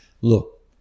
look